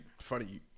funny